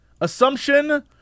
Assumption